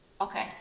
Okay